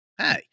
Hey